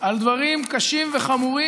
אמרתי: